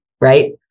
right